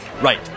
Right